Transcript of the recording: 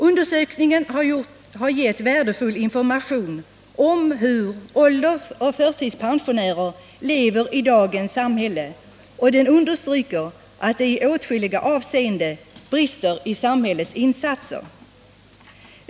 Undersökningen har gett värdefull information om hur åldersoch förtidspensionärer lever i dagens samhälle, och den understryker att det i åtskilliga avseenden brister i samhällets insatser.